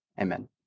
Amen